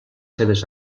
seves